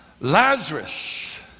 Lazarus